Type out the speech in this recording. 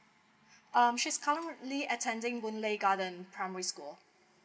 um she's currently attending boon lay garden primary school